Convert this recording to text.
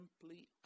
simply